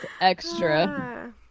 Extra